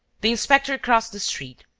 the inspector crossed the street,